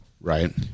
Right